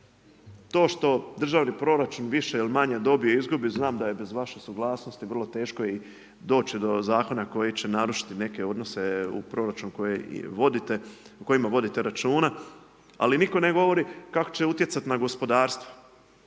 To što državni proračun više ili manje dobije izgubi, znam da je bez vaše suglasnosti i vrlo teško i doći do zakona koji će narušiti neke odnose u proračunu o kojima vodite računa. Ali nitko ne govori kako će utjecat na gospodarstvo?